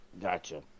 Gotcha